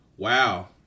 Wow